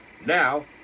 Now